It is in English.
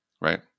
right